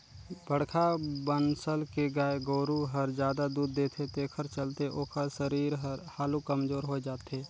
बड़खा बनसल के गाय गोरु हर जादा दूद देथे तेखर चलते ओखर सरीर हर हालु कमजोर होय जाथे